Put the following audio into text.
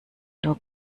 nur